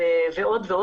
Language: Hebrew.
ועוד.